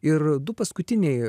ir du paskutiniai